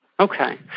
Okay